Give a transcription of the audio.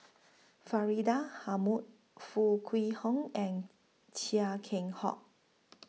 Faridah Foo Kwee Horng and Chia Keng Hock